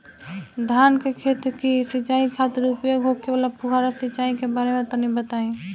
धान के खेत की सिंचाई खातिर उपयोग होखे वाला फुहारा सिंचाई के बारे में तनि बताई?